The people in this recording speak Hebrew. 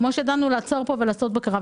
כפי שדנו שיש לעצור פה ולעשות בקרה.